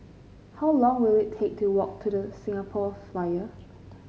how long will it take to walk to The Singapore Flyer